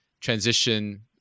transition